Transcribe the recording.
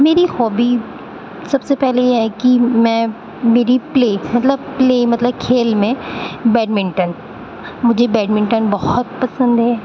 میری ہابی سب سے پہلے یہ ہے کہ میں میری پلے مطلب پلے مطلب کھیل میں بیڈمنٹن مجھے بیڈمنٹن بہت پسند ہے